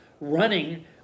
running